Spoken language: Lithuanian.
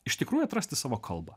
iš tikrųjų atrasti savo kalbą